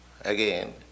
again